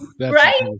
right